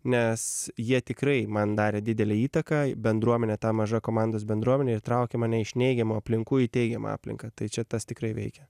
nes jie tikrai man darė didelę įtaką bendruomenė ta maža komandos bendruomenė ir traukė mane iš neigiamų aplinkų į teigiamą aplinką tai čia tas tikrai veikia